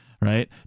right